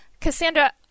Cassandra